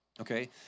Okay